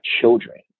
children